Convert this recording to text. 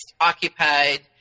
occupied